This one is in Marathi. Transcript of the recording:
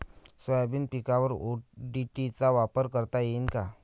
सोयाबीन पिकावर ओ.डी.टी चा वापर करता येईन का?